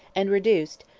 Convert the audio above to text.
and reduced,